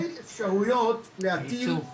שתי אפשרויות להטיל בלוק.